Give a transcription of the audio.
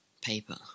Paper